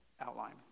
outline